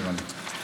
נראה לי.